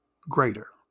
greater